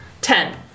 Ten